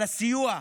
על הסיוע,